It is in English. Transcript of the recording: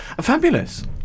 Fabulous